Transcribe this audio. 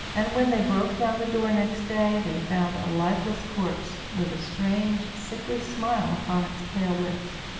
and when they broke down the door next day, they found a lifeless corpse, with a strange sickly smile upon its pale lips.